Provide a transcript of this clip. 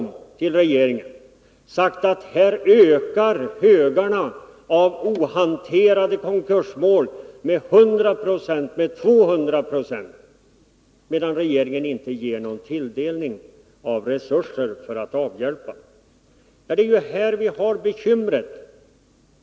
Man har sagt till regeringen att här ökar högarna av ohanterade konkursmål med 100 96, med 200 96, medan regeringen inte ger någon tilldelning av resurser för att avhjälpa situationen. Det är ju här vi har bekymren.